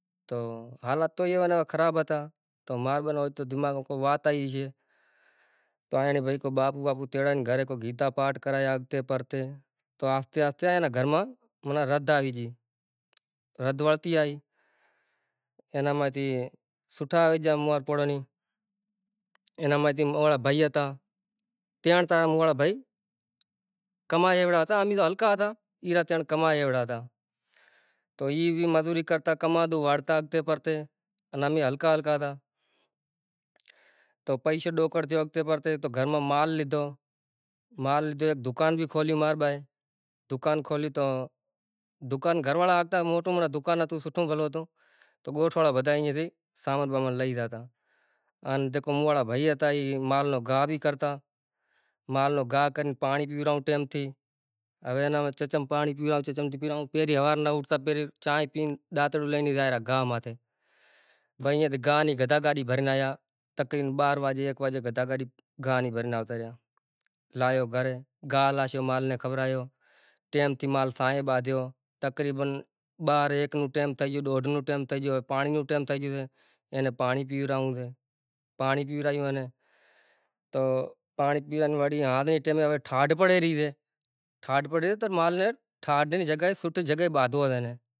﻿ تو حالات تو ایوا نے ایوا خراب ہتا تو مارا بھئی ما دماغ ما کوئی وات آئیوی ہسے۔ تو ایاں نا کوئی بابو وابو تیڑائین گھرے کوئی گیتا پاٹ کرایا اگتے پھرتے تو آہستے آہستے ایاں اینا گھر ما ردھ ائی جی۔ ردھ وڑتی آئی۔ اینا ما تھی سٹھا وج اموار نی، اینا ما تھی اورا بھئی ہتا، تین مارا او وارا بھئی ، کمائی ایوڑا ہتا، امی تو ہلکا ہتا، ای بھئی کمائی ایوڑا ہتا۔ تو ای وی مزوری کرتا کمادو وارتا ہرتے پھرتے نی امے ہلکا ہلکا ہتا۔ تو پئیشو ڈو کرتے وقے پڑتے تو گھر ما مال لیدھو۔ مال لیدھو ایک دکان بھی کھوئیلی مارا بھائی اے۔ دکان کھولی تو، دکان گھر واڑا ہتا مون وٹھ، معنی دکان ہتی سٹھو غلو ہتو ۔ تو گوٹھ واڑا بدھائی ایاں سی سامان بامان لئی جاتا ان جیکو موں واڑا بھائی ہتاای مال نو گھا بھی کرتا، مال نو گھا کری پانڑی پیوراوو ٹائم تی، ہوے اینا ما چچم پانڑی پیوراوو چچم پیوراوو پھری ہوار ما اٹھتا چائے پین ، ڈانترو لئی نے گیا گھا ماٹے۔ بھئی نی ایاں گدھا گاڈی بھرن آیا تقریباّّ بار واجے ایک واجے گدھا گاڑی گھا نی بھرن آوتا ریا۔ لایو گھرے گھا لاشے مال نے کھورایو، ٹیم تھی مال سائیں بادھیو، تقریباّّ بار ایک نو ٹائم تئھی گیو، ڈوڈھ نو ٹائم تھئی گیو، ہوے پانری نو تائم تھئی گیو سے۔ اینے پانری پوراویو سے، پانری پوراویو اینے، تو پانری پیوا نی واری ہاں ایج ٹانرے اینے ٹھاڈ پڑے ری تے۔ ٹھاڈ پڑے سے تے تو مال نے ٹھاڈ نے جگہ نے سٹھ جگہ اے بادھوو سے اینے